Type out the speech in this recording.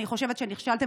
אני חושבת שנכשלתם,